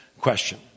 question